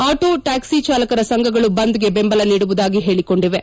auto taxi ಚಾಲಕರ ಸಂಘಗಳು ಬಂದ್ಗೆ ಬೆಂಬಲ ನೀಡುವುದಾಗಿ ಹೇಳಿಕೊಂಡಿವೆ